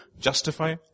justify